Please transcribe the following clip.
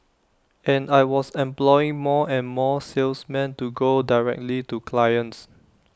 and I was employing more and more salesmen to go directly to clients